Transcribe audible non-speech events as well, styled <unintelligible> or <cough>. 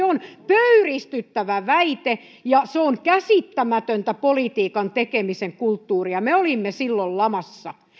<unintelligible> on pöyristyttävä väite ja se on käsittämätöntä politiikan tekemisen kulttuuria me olimme silloin lamassa